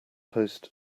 post